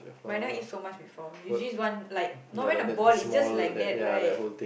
but I never eat so much before usually is one like not even a ball it's just like that right